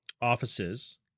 Offices